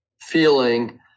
feeling